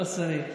לא צריך.